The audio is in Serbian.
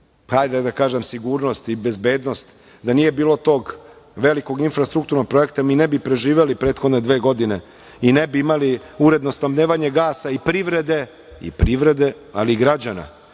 hajde da kažem, sigurnost i bezbednost. Da nije bilo tog velikog infrastrukturnog projekta, mi ne bi preživeli prethodne dve godine i ne bi imali uredno snabdevanje gasa i privrede, ali i građana.